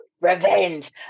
revenge